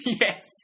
Yes